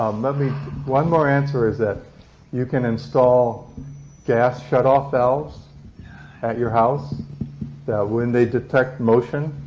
um let me one more answer is that you can install gas shut-off valves at your house that, when they detect motion,